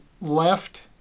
left